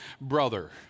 brother